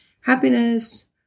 Happiness